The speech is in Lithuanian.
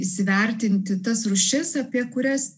įsivertinti tas rūšis apie kurias